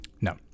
no